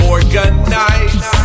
Organize